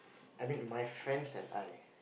I mean my friends and I